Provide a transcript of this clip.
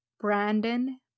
Brandon